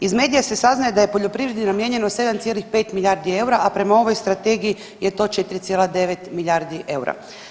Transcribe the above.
Iz medija se saznaje da je poljoprivredi namijenjeno 7,5 milijardi eura, a prema ovoj strategiji je to 4,9 milijardi eura.